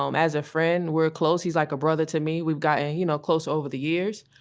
um as a friend we're close. he's like a brother to me. we've gotten you know close over the years.